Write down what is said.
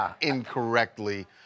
incorrectly